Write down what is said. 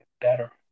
better